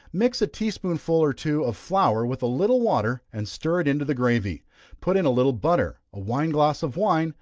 mix a tea spoonful or two of flour with a little water, and stir it into the gravy put in a little butter, a wine glass of wine,